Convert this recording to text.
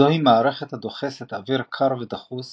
זוהי מערכת הדוחסת אוויר קר ודחוס